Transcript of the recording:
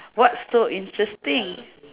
what's so interesting